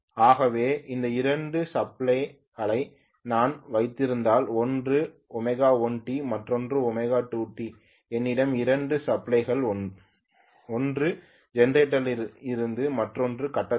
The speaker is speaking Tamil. ஆகவே இந்த இரண்டு சப்ளைகளை நான் வைத்திருந்தால் ஒன்று ω1t மற்றொன்று ω2t என்னிடம் இரண்டு சப்ளைகள் ஒன்று ஜெனரேட்டரிலிருந்து மற்றொன்று கட்டத்திலிருந்து